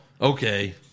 Okay